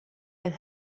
had